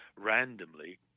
randomly